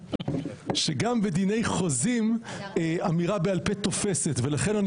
שגם בדיני חוזים אמירה בעל פה תופסת ולכן אני